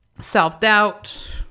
self-doubt